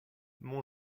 mon